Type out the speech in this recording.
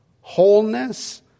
wholeness